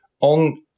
On